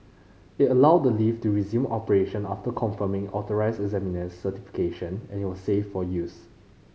it allowed the lift to resume operation after confirming authorised examiner's certification it was safe for use